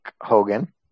Hogan